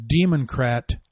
Democrat